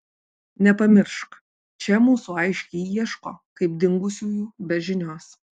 nepamiršk čia mūsų aiškiai ieško kaip dingusiųjų be žinios